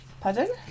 Pardon